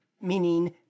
meaning